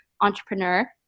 Entrepreneur